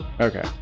Okay